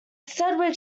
sedgwick